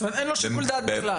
זאת אומרת אין לו שיקול דעת בכלל.